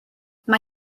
mae